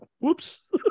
Whoops